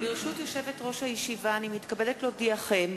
ברשות יושבת-ראש הישיבה, אני מתכבדת להודיעכם,